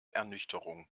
ernüchterung